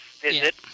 visit